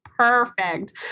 Perfect